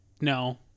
No